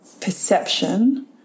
perception